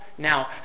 now